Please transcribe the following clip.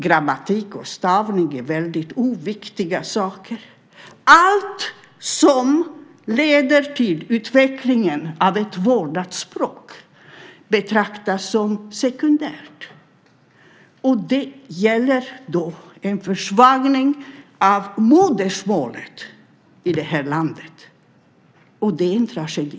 Grammatik och stavning är väldigt oviktiga saker. Allt som leder till utveckling av ett vårdat språk betraktas som sekundärt. Det ger en försvagning av modersmålet i det här landet. Det är en tragedi.